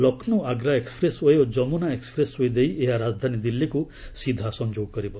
Lucknow Agra expressway ଓ Yamuna expressway ଦେଇ ଏହା ରାଜଧାନୀ ଦିଲ୍ଲୀକୁ ସିଧା ସଂଯୋଗ କରିବ